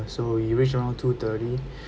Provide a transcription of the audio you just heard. so we reach around two thirty